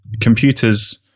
computers